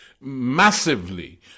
massively